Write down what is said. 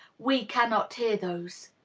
we cannot hear those.